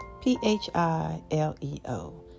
P-H-I-L-E-O